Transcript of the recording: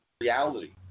reality